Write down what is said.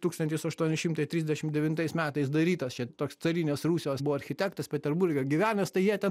tūkstantis aštuoni šimtai trisdešim devintais metais darytas čia toks carinės rusijos buvo architektas peterburge gyvenęs tai jie ten